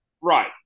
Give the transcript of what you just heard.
Right